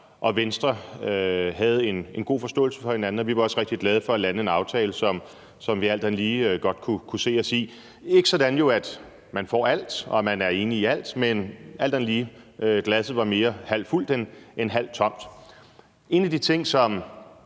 og Venstre havde en god forståelse for hinanden, og vi var også rigtig glade for at lande en aftale, som vi alt andet lige godt kunne se os i. Det er jo ikke sådan, at man får alt, og at man er enig i alt, men alt andet lige var glasset mere halvt fuldt end halvt tomt. En af de ting, som